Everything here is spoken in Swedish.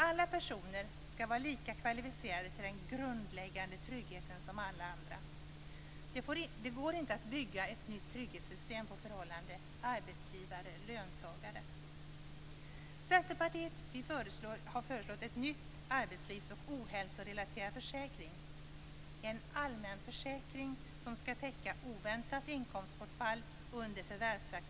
Alla personer skall vara lika kvalificerade till den grundläggande tryggheten. Det går inte att bygga ett nytt trygghetssystem på förhållandet arbetsgivare-löntagare. Centerpartiet har föreslagit en ny arbetslivs och ohälsorelaterad försäkring. Det skall vara en allmänförsäkring som skall täcka oväntat inkomstbortfall under de förvärvsaktiva åren.